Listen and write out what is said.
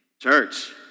church